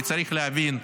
כי צריך להבין,